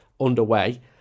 underway